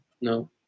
No